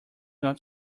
not